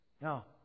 Now